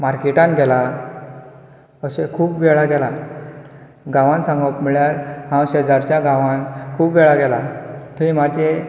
मार्केटांत गेला अशें खूब वेळा गेला गांवांत सांगप म्हळ्यार हांव शेजारच्या गांवांत खूब वेळा गेला थंय म्हाजे